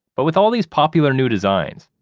but with all these popular new designs,